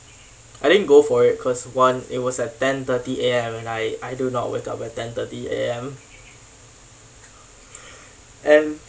I didn't go for it because one it was at ten thirty A_M and I I do not wake up at ten thirty A_M and